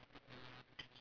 ya